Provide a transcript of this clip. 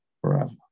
forever